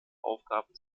aufgaben